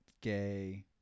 gay